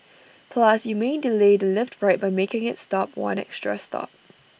plus you may delay the lift ride by making IT stop one extra stop